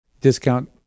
Discount